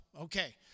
Okay